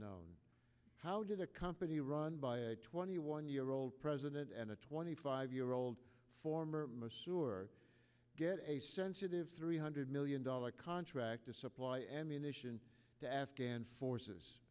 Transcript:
known how did the company run by a twenty one year old president and a twenty five year old former missouri get a sensitive three hundred million dollar contract to supply ammunition to afghan forces